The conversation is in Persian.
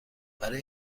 برای